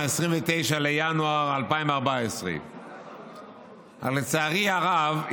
29 בינואר 2014. לצערי הרב,